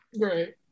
right